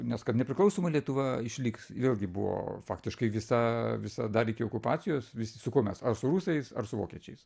nes kad nepriklausoma lietuva išliks vėlgi buvo faktiškai visa visa dar iki okupacijos visi su kuo mes su rusais ar su vokiečiais